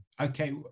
Okay